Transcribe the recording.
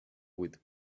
with